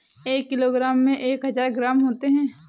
एक किलोग्राम में एक हज़ार ग्राम होते हैं